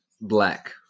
Black